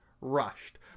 rushed